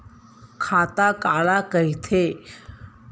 खाता काला कहिथे?